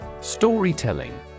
Storytelling